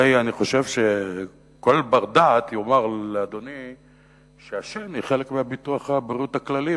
אני חושב שכל בר-דעת יאמר לאדוני שהשן היא חלק מביטוח הבריאות הכללי,